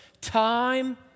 time